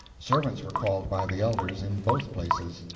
servants were called by the elders, in both places.